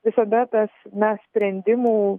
visada tas na sprendimų